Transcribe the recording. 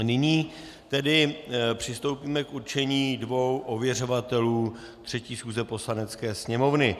Nyní přistoupíme k určení dvou ověřovatelů třetí schůze Poslanecké sněmovny.